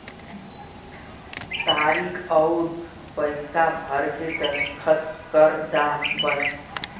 तारीक अउर पइसा भर के दस्खत कर दा बस